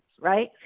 right